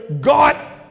God